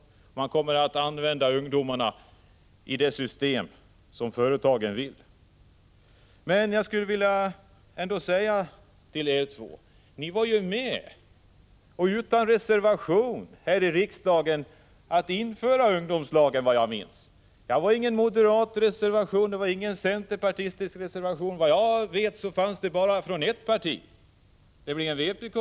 Man kommer att använda ungdomarna i det system som företagen vill ha. Men jag skulle ändå vilja säga till er två: Ni var ju här i riksdagen utan reservation med om att införa ungdomslagen, såvitt jag minns. Det var ingen moderat reservation och ingen centerpartistisk reservation. Såvitt jag vet avgavs reservation bara från ett parti, nämligen vpk.